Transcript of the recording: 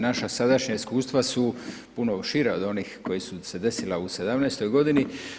Naša sadašnja iskustva su puno šira od onih koji su se desila u '17. godini.